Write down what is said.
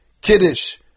Kiddush